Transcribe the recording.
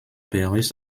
berries